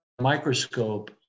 microscope